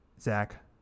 Zach